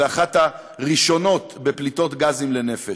ואחת הראשונות בפליטת גזים לנפש.